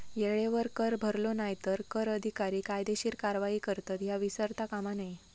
येळेवर कर भरलो नाय तर कर अधिकारी कायदेशीर कारवाई करतत, ह्या विसरता कामा नये